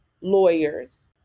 lawyers